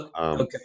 Okay